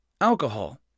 alcohol